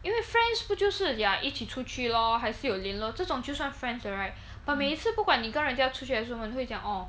因为 friends 不就是呀一起出去 lor 还是有联络这种就算 friends 的 right but 每一次不管你跟人家出去还是什么你会讲哦